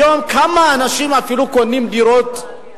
היום, כמה אנשים אפילו קונים דירות?